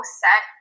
set